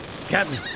Captain